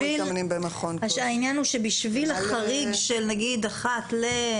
העניין הוא שבשביל החריג שאולי אחד ל...